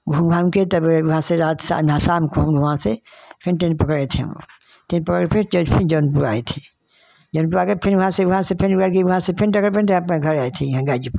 घूम घाम कर तब अ वहाँ से रात सा ना शाम को हम वहाँ से फिर टेन पकड़े थे टेन पकड़ कर फिर चज फिर जौनपुर आए थे जौनपुर आकर फिर वहाँ से वहाँ से फिर ये हुआ कि वहाँ से फिन डग फिर डग अपना घरे आए थे यहाँ गाजीपुर